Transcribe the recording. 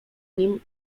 nim